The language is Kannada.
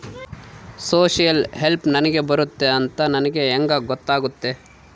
ಸೋಶಿಯಲ್ ಹೆಲ್ಪ್ ನನಗೆ ಬರುತ್ತೆ ಅಂತ ನನಗೆ ಹೆಂಗ ಗೊತ್ತಾಗುತ್ತೆ?